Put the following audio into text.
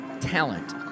talent